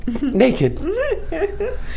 Naked